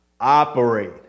operate